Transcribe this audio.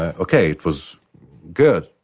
ah okay, it was good,